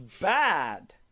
bad